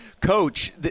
Coach